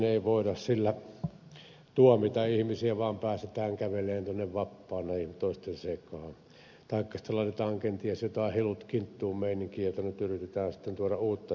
ei voida silloin tuomita ihmisiä vaan päästetään kävelemään tuonne vapaalle toisten sekaan taikka sitten laitetaan kenties jotain hilut kinttuun meininkiä että nyt yritetään sitten tuoda uutta järjestelmää